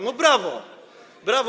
No, brawo, brawo!